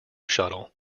shuttle